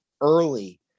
early